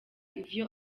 ivyo